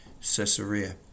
Caesarea